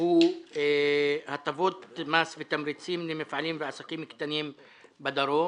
הוא הטבות מס ותמריצים למפעלים ועסקים קטנים בדרום.